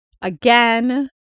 again